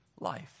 life